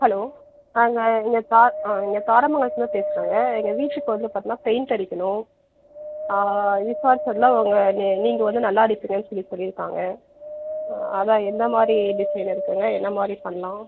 hello ஆ நாங்கள் இங்கே சா ஆ இங்கே சாரமங்கலத்திலேருந்து பேசுகிறோங்க எங்கள் வீட்டுக்கு வந்து பார்த்தீங்கன்னா பெயிண்ட் அடிக்கணும் விசாரித்ததுல உங்கள் நீ நீங்கள் வந்து நல்லா அடிப்பீங்கன்னு சொல்லி சொல்லியிருக்காங்க அதுதான் எந்த மாதிரி டிசைன் இருக்குங்க என்ன மாதிரி பண்ணலாம்